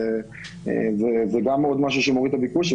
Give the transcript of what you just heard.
זה עוד משהו שמוריד את הביקוש.